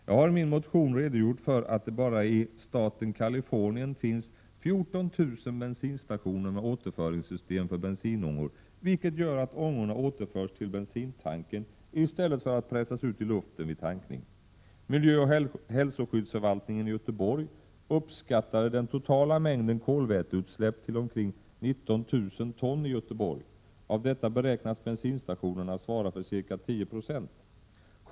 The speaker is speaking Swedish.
Jag har i min motion redogjort för att det bara i staten Californien finns 14 000 bensinstationer med återföringssystem för bensinångor, vilket gör att ångorna återförs till bensintanken i stället för att pressas ut i luften vid tankning. Miljöoch hälsoskyddsförvaltningen i Göteborg uppskattade den totala mängden kolväteutsläpp till omkring 19 000 ton i Göteborg. Av detta beräknas bensinstationerna svara för ca 10 96.